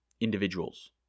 individuals